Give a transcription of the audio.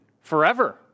forever